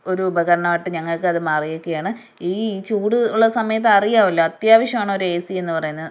ഒരു ഉപകരണമായിട്ടു ഞങ്ങൾക്കത് മാറിയിരിക്കയാണ് ഈ ചൂടുള്ള സമയത്ത് അറിയാമല്ലോ അത്യാവശ്യമാണ് ഒരേസി എന്നു പറയുന്നത്